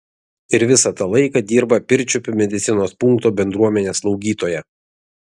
ir visą tą laiką dirba pirčiupių medicinos punkto bendruomenės slaugytoja